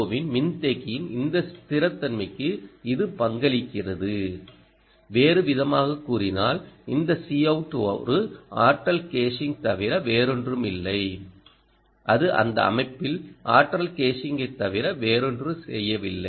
ஓவின் மின்தேக்கியின் இந்த ஸ்திரத்தன்மைக்கு இது பங்களிக்கிறது வேறுவிதமாகக் கூறினால் இந்த Cout ஒரு ஆற்றல் கேஷிங் தவிர வேறொன்றுமில்லை அது அந்த அமைப்பில் ஆற்றல் கேஷிங்கைத் தவிர வேறொன்றும் செய்யவில்லை